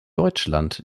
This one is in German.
deutschland